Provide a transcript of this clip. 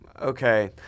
Okay